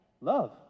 Love